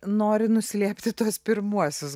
nori nuslėpti tuos pirmuosius